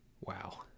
Wow